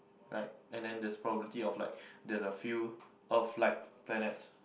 right and then there's a probability of like there's a few earth like planets